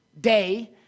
Day